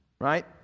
Right